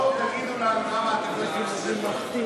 בואו תגידו לנו למה אתם חושבים שזה טוב.